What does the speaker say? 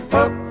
up